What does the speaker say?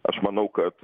aš manau kad